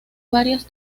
varias